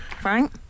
Frank